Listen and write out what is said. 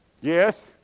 yes